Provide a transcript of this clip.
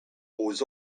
aux